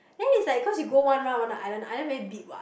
then it's like cause you go one round on the island the island very big what